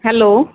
hello